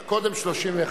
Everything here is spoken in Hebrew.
אני רוצה, קודם כול,